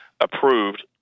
approved